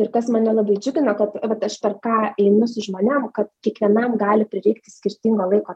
ir kas mane labai džiugina kad vat aš per ką einu su žmonėm kad kiekvienam gali prireikt skirtingo laiko